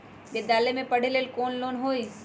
विद्यालय में पढ़े लेल कौनो लोन हई?